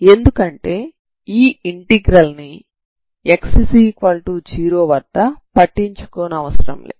ఎందుకంటే ఈ ఇంటిగ్రల్ ని x0 వద్ద పట్టించుకోనవసరం లేదు